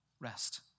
rest